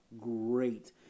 great